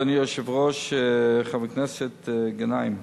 אדוני היושב-ראש, חבר כנסת גנאים,